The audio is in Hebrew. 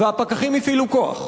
והפקחים הפעילו כוח,